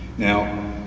now,